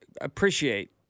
appreciate